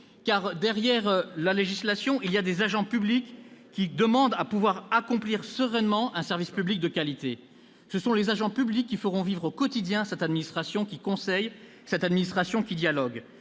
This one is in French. Car derrière la législation, il y a des agents publics qui ne demandent qu'à pouvoir accomplir sereinement un service public de qualité. Ce sont les agents publics qui feront vivre au quotidien cette administration qui conseille, cette administration qui dialogue